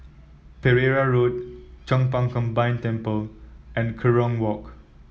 Pereira Road Chong Pang Combined Temple and Kerong Walk